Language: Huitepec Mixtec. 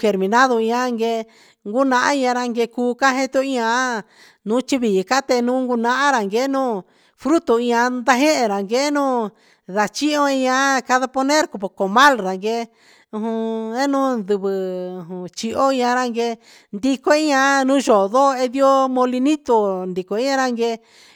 germinado ian guee iaranguee cuu cati jian un chivi case nuun cunahan ra gueno frutu ian pajehe ra gueno gachio ai para poner comal ranguee ujun ne nuunndivɨ jun chi olla ranguee ndico ian un luxoo ndoo eyoo milinito ndico eraguee.